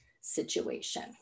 situation